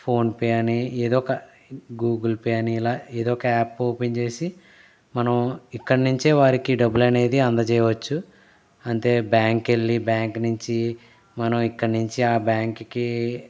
PhonePe అని ఏదో ఒక గూగుల్ పే అని ఇలా ఏదో ఒక యాప్ ఓపెన్ చేసి మనం ఇక్కడ్నుంచే వారికి డబ్బులు అనేది అందజేయవచ్చు అంతే బ్యాంకు కి వెళ్లి బ్యాంకు నుంచి మనం ఇక్కడ్నించి ఆ బ్యాంక్ కి